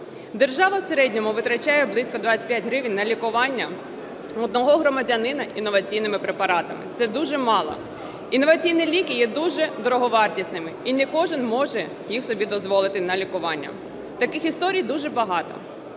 Держава в середньому витрачає близько 25 гривень на лікування одного громадянина інноваційними препаратами. Це дуже мало. Інноваційні ліки є дуже дороговартісними і не кожен може їх собі дозволити на лікування. Таких історій дуже багато